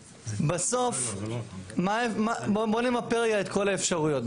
בסוף בוא נמפה רגע את כל האפשרויות.